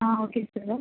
ah okay sir